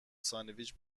ساندویچ